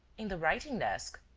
in the writing-desk.